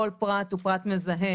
כל פרט הוא פרט מזהה,